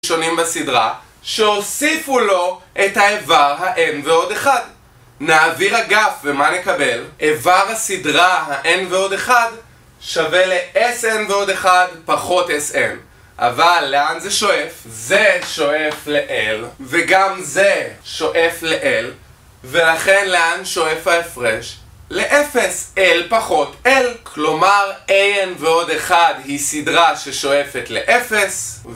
שונים בסדרה, שהוסיפו לו את האיבר ה-1+n נעביר אגף ומה נקבל? איבר הסדרה ה-1+n שווה ל-(1+S(n פחות Sn. אבל לאן זה שואף? זה שואף ל-l וגם זה שואף ל-l ולכן לאן שואף ההפרש? ל-0 l פחות l כלומר (n+1)a היא סדרה ששואפת ל-0